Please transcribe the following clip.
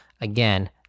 again